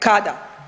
Kada?